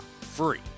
free